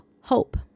hope